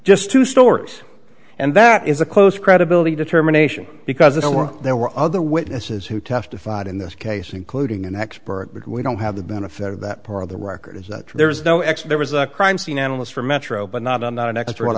just two stories and that is a close credibility determination because there were there were other witnesses who testified in this case including an expert but we don't have the benefit of that part of the records that there is no x there was a crime scene analyst for metro but not on not an extra what